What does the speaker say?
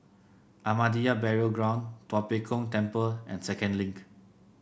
Ahmadiyya Burial Ground Tua Pek Kong Temple and Second Link